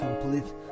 complete